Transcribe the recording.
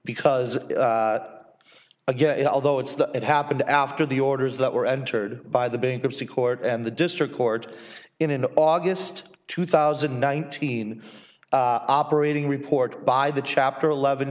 because again although it's the it happened after the orders that were entered by the bankruptcy court and the district court in an august two thousand and nineteen operating report by the chapter eleven